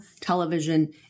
television